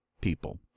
people